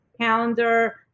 calendar